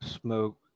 smoke